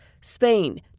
Spain